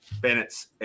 Bennett's